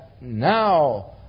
now